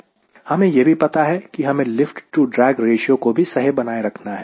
हमें यह भी पता है कि हमें लिफ्ट टू ड्रैग रेश्यो भी सही बनाए रखना है